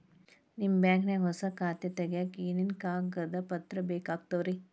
ನಿಮ್ಮ ಬ್ಯಾಂಕ್ ನ್ಯಾಗ್ ಹೊಸಾ ಖಾತೆ ತಗ್ಯಾಕ್ ಏನೇನು ಕಾಗದ ಪತ್ರ ಬೇಕಾಗ್ತಾವ್ರಿ?